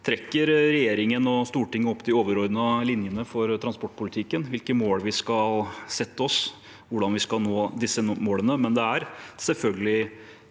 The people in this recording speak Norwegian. trekker regjeringen og Stortinget opp de overordnede linjene for transportpolitikken – hvilke mål vi skal sette oss, hvordan vi skal nå disse målene.